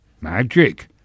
Magic